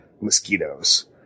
mosquitoes